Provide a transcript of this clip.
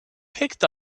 picked